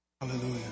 Hallelujah